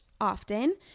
often